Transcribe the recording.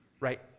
right